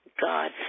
God